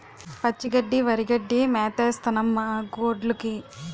పచ్చి గడ్డి వరిగడ్డి మేతేస్తన్నం మాగొడ్డ్లుకి